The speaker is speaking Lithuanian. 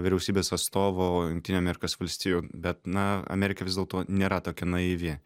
vyriausybės atstovo jungtinių amerikos valstijų bet na amerika vis dėlto nėra tokia naivi